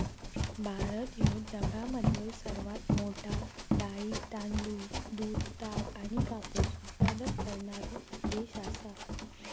भारत ह्यो जगामधलो सर्वात मोठा डाळी, तांदूळ, दूध, ताग आणि कापूस उत्पादक करणारो देश आसा